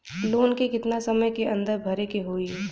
Loan के कितना समय के अंदर भरे के होई?